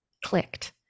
clicked